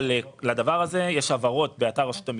לדבר הזה יש הבהרות באתר רשות המיסים.